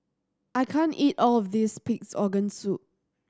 I can't eat all of this Pig's Organ Soup